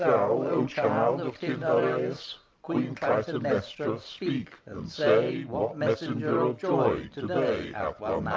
o child of tyndareus, queen clytemnestra, speak! and say what messenger of joy to-day hath